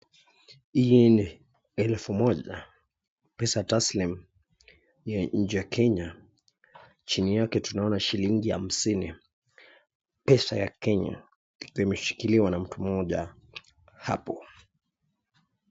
Hii ni elfu moja, pesa taslim ya nchi Kenya. Chini yake tunaona shilingi hamsini, pesa ya Kenya imeshikiliwa na mtu mmoja hapo.